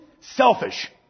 selfish